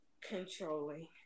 controlling